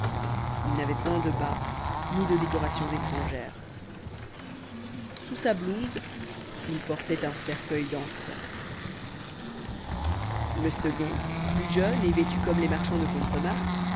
il n'avait point de bas ni de décorations étrangères sous sa blouse il portait un cercueil d'enfant le second plus jeune et vêtu comme les marchands de contremarques